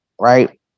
right